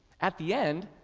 at the end,